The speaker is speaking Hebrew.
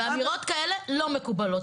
ואמירות כאלה לא מקובלות.